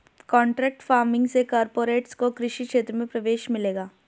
contract farming से corporates को कृषि क्षेत्र में प्रवेश मिलेगा